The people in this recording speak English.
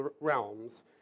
realms